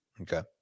Okay